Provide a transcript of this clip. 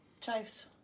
chives